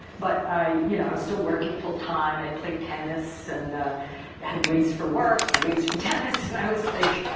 but i you know i was still working full time. i played tennis and had wigs for work and wigs for tennis. and i was like.